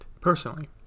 Personally